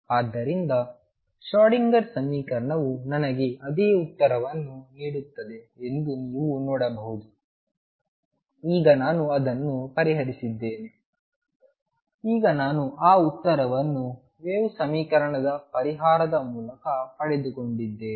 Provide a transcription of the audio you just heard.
ಆದ್ದರಿಂದ ಶ್ರೋಡಿಂಗರ್ ಸಮೀಕರಣವು ನನಗೆ ಅದೇ ಉತ್ತರವನ್ನು ನೀಡುತ್ತದೆ ಎಂದು ನೀವು ನೋಡಬಹುದು ಈಗ ನಾನು ಅದನ್ನು ಪರಿಹರಿಸಿದ್ದೇನೆ ಈಗ ನಾನು ಆ ಉತ್ತರವನ್ನು ವೇವ್ ಸಮೀಕರಣದ ಪರಿಹಾರದ ಮೂಲಕ ಪಡೆದುಕೊಂಡಿದ್ದೇನೆ